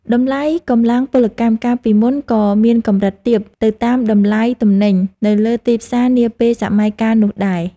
តម្លៃកម្លាំងពលកម្មកាលពីមុនក៏មានកម្រិតទាបទៅតាមតម្លៃទំនិញនៅលើទីផ្សារនាពេលសម័យកាលនោះដែរ។